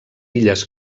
illes